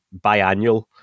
biannual